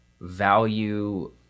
value